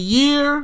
year